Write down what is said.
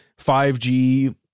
5G